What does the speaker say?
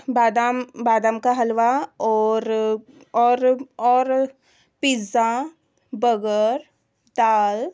बादाम बादाम का हलआ और और और पिज़्ज़ा बगर दाल